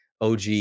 OG